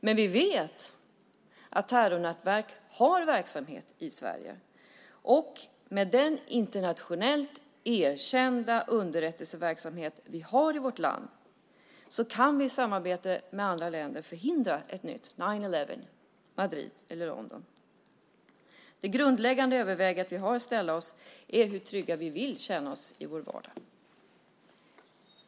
Men vi vet att terrornätverk har verksamhet i Sverige, och med den internationellt erkända underrättelseverksamhet vi har i vårt land kan vi i samarbete med andra länder förhindra ett nytt elfte september, Madrid eller London. Det grundläggande övervägande vi har att göra är hur trygga vi vill känna oss i vår vardag.